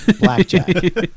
Blackjack